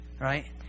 Right